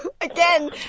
Again